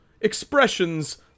expressions